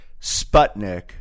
sputnik